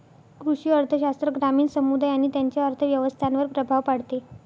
कृषी अर्थशास्त्र ग्रामीण समुदाय आणि त्यांच्या अर्थव्यवस्थांवर प्रभाव पाडते